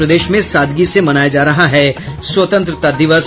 और प्रदेश में सादगी से मनाया जा रहा है स्वतंत्रता दिवस